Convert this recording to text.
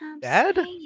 Dad